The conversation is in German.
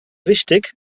wichtig